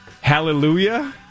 hallelujah